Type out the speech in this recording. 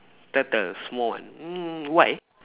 turtle small one mm why